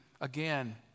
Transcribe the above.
again